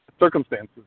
circumstances